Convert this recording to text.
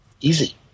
Easy